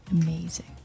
Amazing